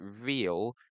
real